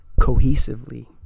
cohesively